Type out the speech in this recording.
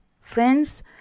Friends